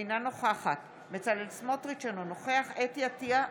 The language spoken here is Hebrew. אינה נוכחת בצלאל סמוטריץ' אינו נוכח חוה אתי עטייה,